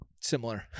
similar